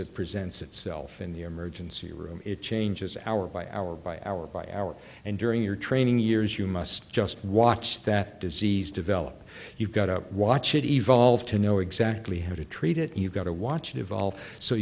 it presents itself in the emergency room it changes hour by hour by hour by hour and during your training years you must just watch that disease develop you've got to watch it evolve to know exactly how to treat it you've got to watch it evolve so